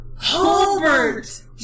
Holbert